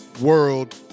world